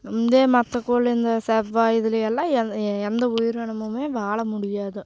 இதே மற்ற கோள் இந்த செவ்வாய் இதுலேயெல்லாம் எந்த உயிரினமும் வாழ முடியாது